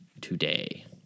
today